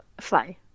fly